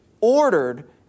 ordered